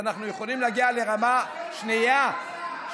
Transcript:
אנחנו יכולים להגיע לרמה --- הלוואי שכל דכפין ------ שנייה אחת,